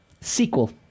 Sequel